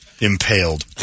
Impaled